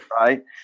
right